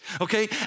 okay